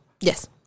Yes